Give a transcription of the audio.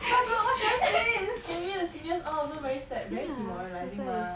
what d~ what should I say very scary the seniors all also very sad very demoralizing mah